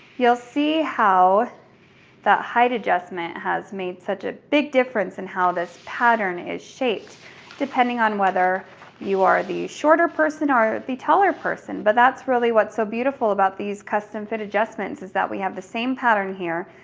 you'll see how that height adjustment has made such a big difference in how this pattern is shaped depending on whether you are the shorter person or the taller person, but that's really what's so beautiful about these custom fit adjustments is that, we have the same pattern here,